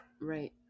Right